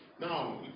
Now